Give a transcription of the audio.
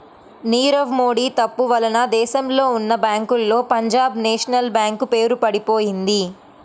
నీరవ్ మోడీ తప్పు వలన దేశంలో ఉన్నా బ్యేంకుల్లో పంజాబ్ నేషనల్ బ్యేంకు పేరు పడిపొయింది